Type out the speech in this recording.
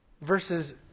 versus